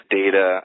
data